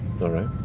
laura